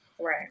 right